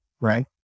right